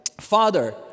Father